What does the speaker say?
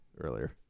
earlier